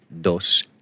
dos